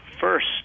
first